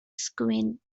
squint